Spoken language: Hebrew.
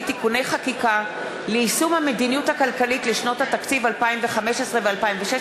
(תיקוני חקיקה ליישום המדיניות הכלכלית לשנות התקציב 2015 ו-2016),